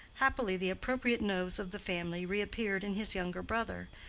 happily the appropriate nose of the family reappeared in his younger brother,